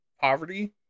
poverty